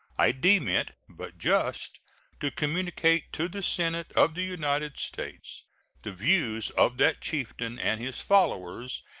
i deem it but just to communicate to the senate of the united states the views of that chieftain and his followers,